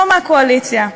פה מהקואליציה,